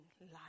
life